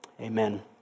Amen